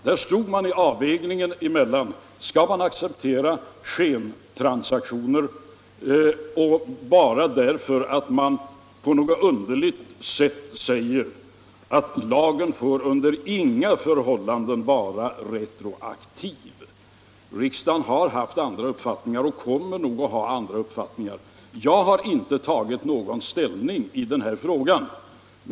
Där hade man att göra avvägningen: Skall man acceptera skentransaktioner bara därför att man på något underligt sätt säger att lagen får under inga förhållanden vara retroaktiv? Riksdagen har haft andra uppfattningar och kommer nog att ha andra uppfattningar. Jag har inte tagit någon ställning i den här frågan.